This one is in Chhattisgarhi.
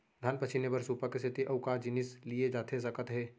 धान पछिने बर सुपा के सेती अऊ का जिनिस लिए जाथे सकत हे?